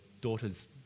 daughter's